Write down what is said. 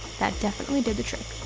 that definitely did the trick.